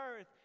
earth